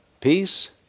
peace